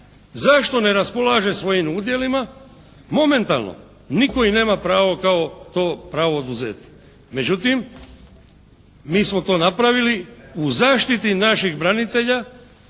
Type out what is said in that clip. zašto ne raspolaže svojim udjelima? Momentalno nitko im nema kao, to pravo oduzeti. Međutim, mi smo to napravili u zaštiti naših branitelja.